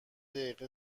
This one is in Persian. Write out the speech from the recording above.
دقیقه